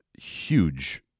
huge